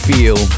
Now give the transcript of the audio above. Feel